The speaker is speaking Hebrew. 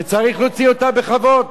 שצריך להוציא אותם בכבוד.